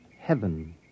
heaven